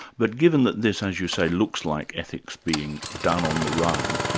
but given that this, as you say, looks like ethics being done on the run,